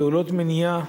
פעולות מניעה